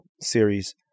series